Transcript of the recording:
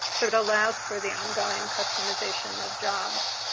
so, it allows for the ongoing customization of jobs.